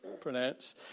pronounce